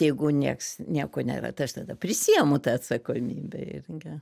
jeigu nieks nieko ne bet aš tada prisiimu tą atsakomybę irgi